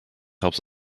helps